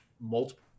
multiple